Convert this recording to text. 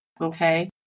Okay